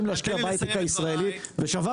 כשמנהלים משרד כמו משרד הכלכלה, אני מסתכל